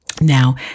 Now